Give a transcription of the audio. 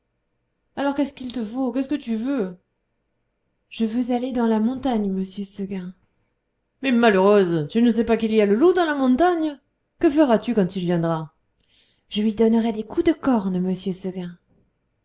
alors qu'est-ce qu'il te faut qu'est-ce que tu veux je veux aller dans la montagne monsieur seguin mais malheureuse tu ne sais pas qu'il y a le loup dans la montagne que feras-tu quand il viendra je lui donnerai des coups de corne monsieur seguin